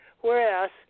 Whereas